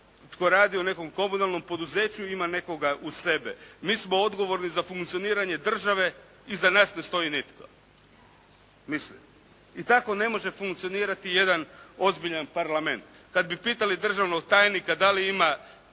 tko radi u nekom komunalnom poduzeću ima nekoga uz sebe. Mi smo odgovorni za funkcioniranje države, iza nas ne stoji nitko. Mislim, i tako ne može funkcionirati jedan ozbiljan Parlament. Kad bi pitali državnog tajnika da li ima